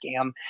scam